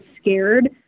scared